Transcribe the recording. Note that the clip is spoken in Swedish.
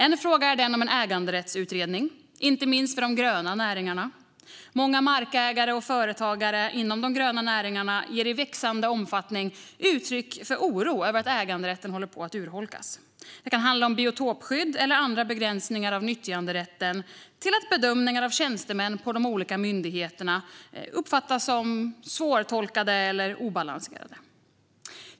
En fråga är den om en äganderättsutredning, inte minst för de gröna näringarna. Många markägare och företagare inom de gröna näringarna ger i växande omfattning uttryck för oro över att äganderätten håller på att urholkas. Det kan handla om alltifrån biotopskydd eller andra begränsningar av nyttjanderätten till att bedömningar av tjänstemän på de olika myndigheterna uppfattas som svårtolkade eller obalanserade.